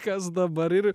kas dabar ir